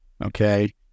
Okay